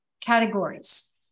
categories